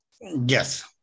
Yes